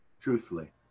truthfully